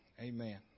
Amen